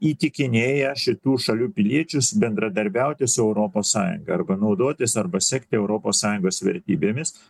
įtikinėja šitų šalių piliečius bendradarbiauti su europos sąjunga arba naudotis arba sekti europos sąjungos vertybėmis